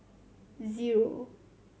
zero